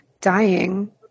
dying